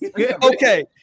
Okay